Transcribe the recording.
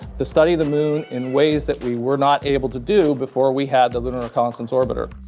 to study the moon in ways that we were not able to do before we had the lunar reconnaissance orbiter.